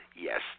yes